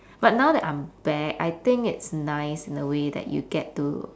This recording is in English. but now that I'm back I think it's nice in a way that you get to